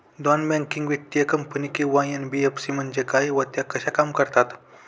Non banking वित्तीय company किंवा NBFC म्हणजे काय व त्या कशा काम करतात?